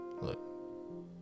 Look